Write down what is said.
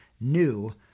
new